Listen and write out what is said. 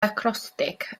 acrostig